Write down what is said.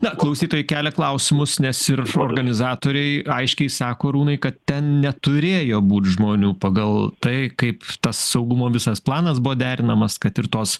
na klausytojai kelia klausimus nes ir organizatoriai aiškiai sako arūnai kad ten neturėjo būt žmonių pagal tai kaip saugumo visas planas buvo derinamas kad ir tos